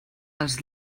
els